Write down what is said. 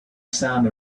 sound